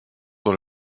dans